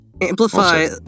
amplify